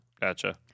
Gotcha